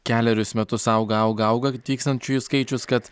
kelerius metus auga auga auga atvykstančiųjų skaičius kad